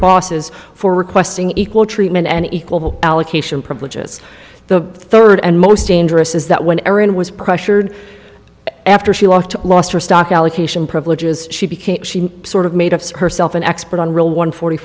bosses for requesting equal treatment and equal allocation privileges the third and most dangerous is that when erin was pressured after she lost to lost her stock allocation privileges she became sort of made herself an expert on real one forty